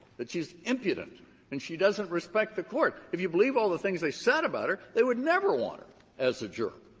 that she's impudent and she doesn't respect the court. if you believe all the things they said about her, they would never want her as a juror.